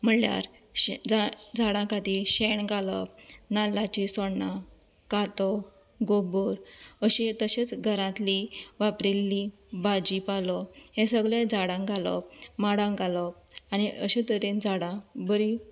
म्हणल्यार झाडां खातीर शेण घालप नाल्लाची सोण्णां कातो गोबर अशें तशेंच घरांतली वापरिल्लीं भाजी पालो हें सगळें झाडांक घालप माडांक घालप आनी अशें तरेन झाडां बरी